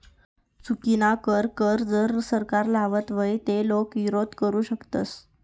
चुकीनाकर कर जर सरकार लावत व्हई ते लोके ईरोध करु शकतस